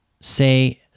say